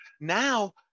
Now